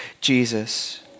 Jesus